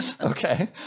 Okay